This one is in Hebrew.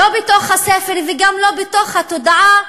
לא בתוך הספר וגם לא בתוך התודעה,